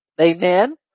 Amen